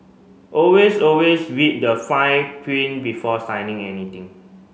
always always read the fine print before signing anything